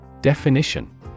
Definition